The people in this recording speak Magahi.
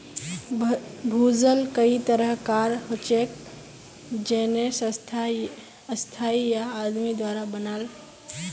भूजल कई तरह कार हछेक जेन्ने स्थाई या आदमी द्वारा बनाल